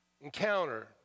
encounter